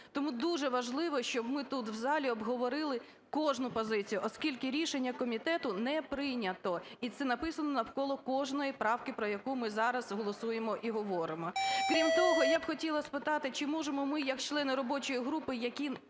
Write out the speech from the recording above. Тому дуже важливо, щоб ми тут у залі обговорили кожну позицію, оскільки рішення комітету не прийнято. І це написано навколо кожної правки, про яку ми зараз голосуємо і говоримо. Крім того, я хотіла б спитати, чи можемо ми як члени робочої групи, які